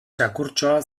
txakurtxoa